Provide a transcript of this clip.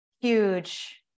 huge